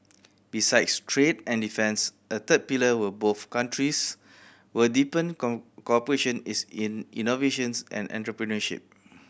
besides trade and defence a third pillar where both countries will deepen cooperation is in innovation and entrepreneurship